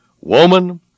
woman